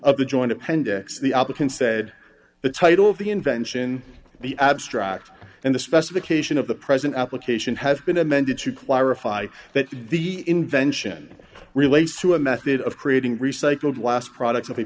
of the joint appendix the applicant said the title of the invention the abstract and the specification of the present application has been amended to clarify that the invention relates to a method of creating recycled glass products